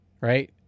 right